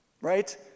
Right